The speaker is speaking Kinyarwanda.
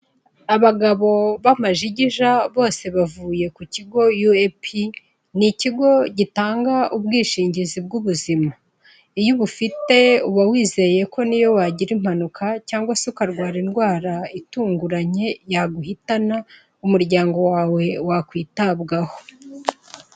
Abagabo b'amajigija bose bavuye ku kigo UAP, ni ikigo gitanga ubwishingizi bw'ubuzima iyo ubufite uba wizeye ko niyo wagira impanuka, cyangwa se ukarwara indwara itunguranye yaguhitana umuryango wawe wakwitabwaho.